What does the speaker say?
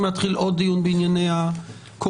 להתחיל עוד דיון בענייני הקורונה.